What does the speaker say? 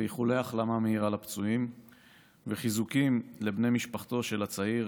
איחולי החלמה מהירה לפצועים וחיזוקים לבני משפחתו של הצעיר